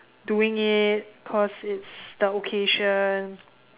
doing it cause it's the occasion